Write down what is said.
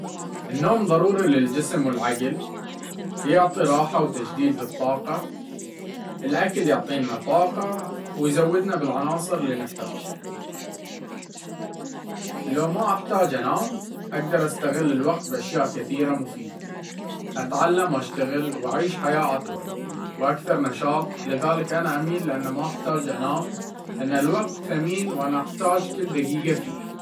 النوم ضروري للجسم والعقل، يعطي راحة وتجديد للطاقة. الأكل يعطينا طاقة ويزودنا بالعناصر اللي نحتاجها. لو ما أحتاج أنام، أقدر أستغل الوقت بأشياء كثيرة مفيدة، أتعلم وأشتغل وأعيش حياة أطول وأكثر نشاط. لذلك، أنا أميل لأن ما أحتاج أنام، لأن الوقت ثمين وأنا أحتاج كل دقيقة فيه.